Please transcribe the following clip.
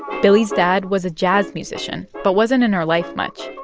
billie's dad was a jazz musician but wasn't in her life much.